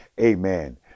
amen